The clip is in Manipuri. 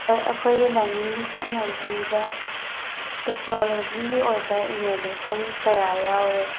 ꯑꯩꯈꯣꯏꯒꯤ ꯂꯥꯏꯅꯤꯡꯒꯤ ꯆꯠꯅꯕꯤꯗ ꯇꯦꯛꯅꯣꯂꯣꯖꯤꯒꯤ ꯑꯣꯏꯕ ꯏꯅꯣꯚꯦꯁꯟ ꯀꯌꯥ ꯌꯥꯎꯔꯦ